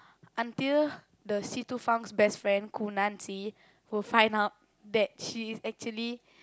until the Si Tu Feng's best friend Gu Nan Xi will find out that she is actually